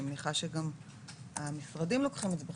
אני מניחה שגם המשרדים לוקחים את זה בחשבון,